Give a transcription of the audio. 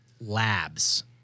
Labs